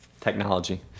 technology